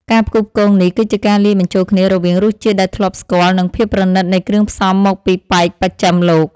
ការផ្គូផ្គងនេះគឺជាការលាយបញ្ចូលគ្នារវាងរសជាតិដែលធ្លាប់ស្គាល់និងភាពប្រណីតនៃគ្រឿងផ្សំមកពីប៉ែកបស្ចិមលោក។